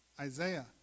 Isaiah